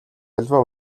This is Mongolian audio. аливаа